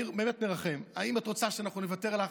אני באמת מרחם: האם את רוצה שאנחנו נוותר לך